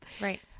right